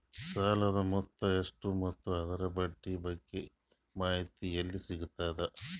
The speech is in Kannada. ಸಾಲದ ಮೊತ್ತ ಎಷ್ಟ ಮತ್ತು ಅದರ ಬಡ್ಡಿ ಬಗ್ಗೆ ಮಾಹಿತಿ ಎಲ್ಲ ಸಿಗತದ?